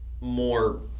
more